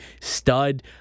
stud